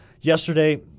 Yesterday